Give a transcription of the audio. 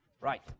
right